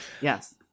Yes